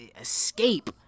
escape